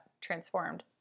transformed